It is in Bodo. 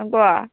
नंगौ